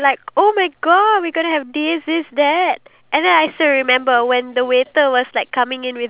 iya I felt sad that we didn't finish it this time I want it to be finished